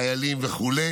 חיילים וכו'.